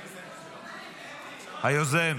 היוזם,